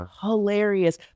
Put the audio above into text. hilarious